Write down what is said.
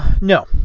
No